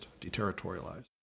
deterritorialized